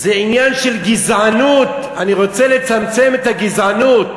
זה עניין של גזענות, אני רוצה לצמצם את הגזענות.